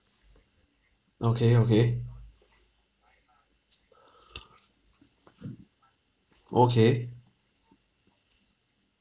okay okay okay